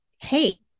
Hey